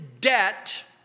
debt